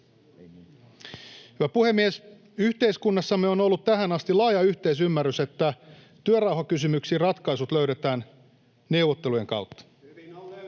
Puhemies! Yhteiskunnassamme on ollut tähän asti laaja yhteisymmärrys, että työrauhakysymyksiin ratkaisut löydetään neuvottelujen kautta. [Ben Zyskowicz: